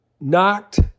Knocked